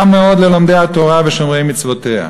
מאוד ללומדי התורה ושומרי מצוותיה.